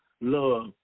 love